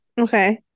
Okay